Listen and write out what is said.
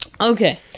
Okay